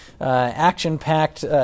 action-packed